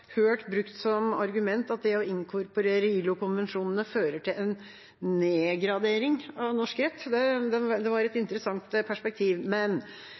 hørt brukt som argument at det å inkorporere ILO-konvensjonene fører til en nedgradering av norsk rett. Det var et interessant perspektiv,